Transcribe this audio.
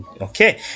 Okay